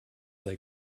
they